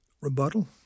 Rebuttal